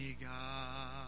God